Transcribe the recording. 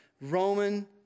Roman